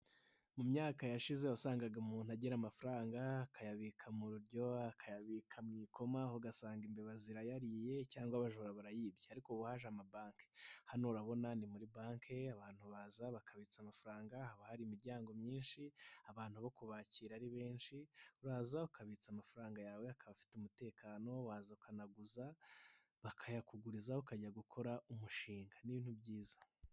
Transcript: Mu myaka yashize wasangaga umuntu agira amafaranga akayabika mu rujyo, akayabika mwikoma ugasanga imbeba zirayariye cyangwa abajura barayibye ariko ubu haje amabanki hano urabona ni muri banki abantu baza bahabitsa amafaranga haba hari imiryango myinshi abantu bo kubakira ari benshi, uraza ukabitsa amafaranga yawe akaba afite umutekano waza ukanaguza bakayakugurizaho ukajya gukora umushinga, ni ibintu byiza.